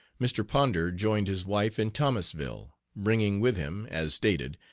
mr. ponder joined his wife in thomasville, bringing with him, as stated,